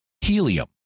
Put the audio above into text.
helium